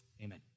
Amen